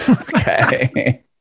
Okay